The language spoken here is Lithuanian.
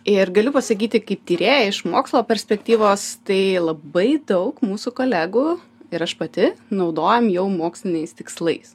ir galiu pasakyti kaip tyrėja iš mokslo perspektyvos tai labai daug mūsų kolegų ir aš pati naudojam jau moksliniais tikslais